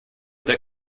der